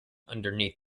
underneath